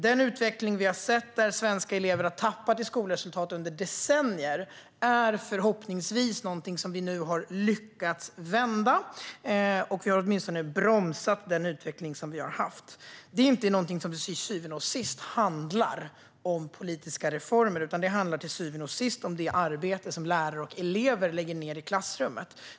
Den utveckling vi har sett där svenska elever under decennier har tappat i skolresultat är förhoppningsvis något som vi nu har lyckats vända. Vi har åtminstone bromsat den utveckling som har rått. Det är inte något som handlar om politiska reformer, utan det handlar till syvende och sist om det arbete som lärare och elever lägger ned i klassrummet.